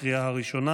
עברה בקריאה הראשונה,